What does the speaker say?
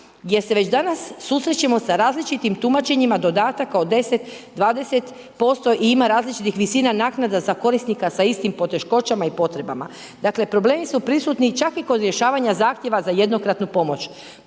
jer se već danas susrećemo sa različitim tumačenjima dodataka od 10, 20% i ima različitih visina naknada za korisnika sa istim poteškoćama i potrebama. Dakle problemi su prisutni čak i kod rješavanja zahtjeva za jednokratnu pomoć.